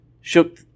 shook